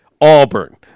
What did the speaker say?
Auburn